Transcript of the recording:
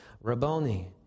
Rabboni